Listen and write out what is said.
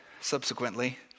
Subsequently